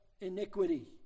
iniquity